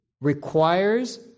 requires